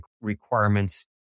requirements